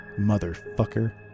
Motherfucker